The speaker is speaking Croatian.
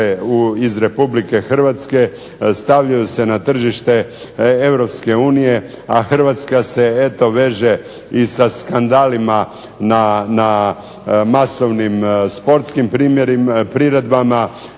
iz Republike Hrvatske, stavljaju se na tržište Europske unije, a Hrvatska se eto veže i sa skandalima na masovnim sportskim priredbama,